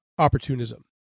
Opportunism